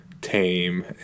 tame